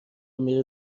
میره